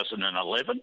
2011